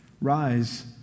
Rise